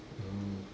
mm